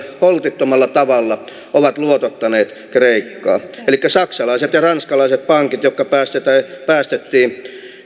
holtittomalla tavalla ovat luotottaneet kreikkaa elikkä saksalaiset ja ranskalaiset pankit jotka päästettiin